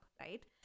right